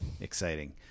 Exciting